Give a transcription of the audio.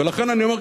ולכן אני אומר,